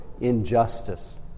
injustice